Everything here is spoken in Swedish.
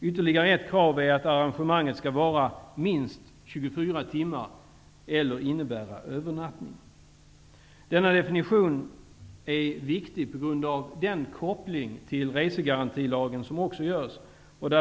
Ytterligare ett krav är att arrangemanget skall gälla minst 24 timmar eller innehålla övernattning. Denna definition är viktig på grund av den koppling till resegarantilagen som görs.